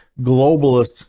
globalist